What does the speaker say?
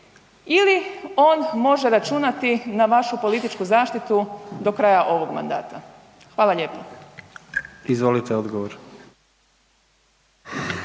ili on može računati na vašu političku zaštitu do kraja ovog mandata? Hvala lijepo. **Jandroković,